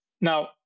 Now